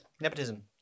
Nepotism